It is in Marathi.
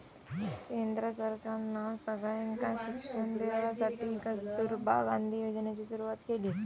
केंद्र सरकारना सगळ्यांका शिक्षण देवसाठी कस्तूरबा गांधी योजनेची सुरवात केली